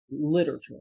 literature